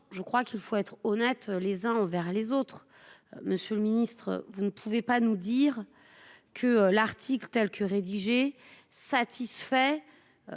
je crois qu'il faut être honnête les uns envers les autres. Monsieur le Ministre, vous ne pouvez pas nous dire que l'article telle que rédigée satisfait.